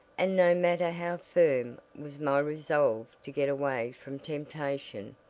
and no matter how firm was my resolve to get away from temptation,